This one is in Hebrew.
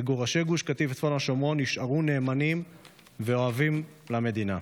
מגורשי גוש קטיף וצפון השומרון נשארו נאמנים ואוהבים למדינה.